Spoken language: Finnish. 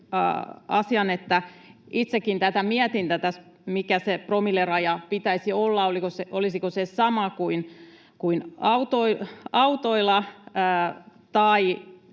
asian, että itsekin mietin tätä, mikä sen promillerajan pitäisi olla, olisiko se sama kuin autoilla vai